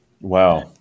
Wow